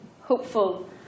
hopeful